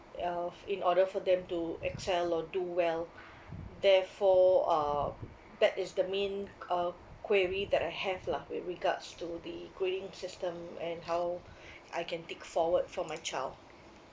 uh in order for them to excel or do well therefore um that is the main uh query that I have lah with regards to the grading system and how I can take forward for my child